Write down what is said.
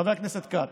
חבר הכנסת כץ,